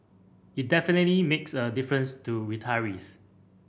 it definitely makes a difference to retirees